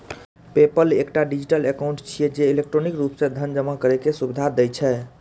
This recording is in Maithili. पेपल एकटा डिजिटल एकाउंट छियै, जे इलेक्ट्रॉनिक रूप सं धन जमा करै के सुविधा दै छै